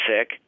sick